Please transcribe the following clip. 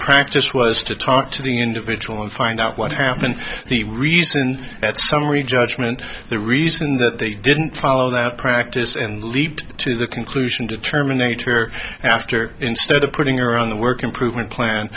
practice was to talk to the individual and find out what happened the reason that summary judgment the reason that they didn't follow that practice and leap to the conclusion to terminate her after instead of putting her on the work improvement plan